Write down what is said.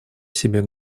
себе